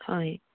হয়